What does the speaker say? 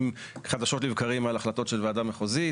חדשות לבקרים על החלטות של ועדה מחוזית